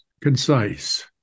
concise